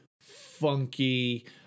funky